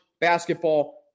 basketball